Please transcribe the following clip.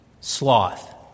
sloth